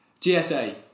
GSA